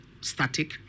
static